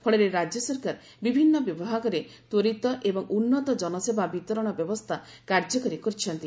ଫଳରେ ରାଜ୍ୟ ସରକାର ବିଭିନ୍ନ ବିଭାଗ ତ୍ୱରିତ ଏବଂ ଉନ୍ନତ କନସେବା ବିତରଣ ବ୍ୟବସ୍ଥା କାର୍ଯ୍ୟକାରୀ କରିଛନ୍ତି